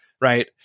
right